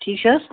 ٹھیٖک چھِ حظ